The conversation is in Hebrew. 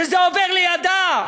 שזה עובר לידה,